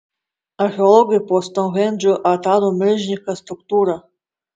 archeologai po stounhendžu atrado milžinišką struktūrą